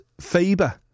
Faber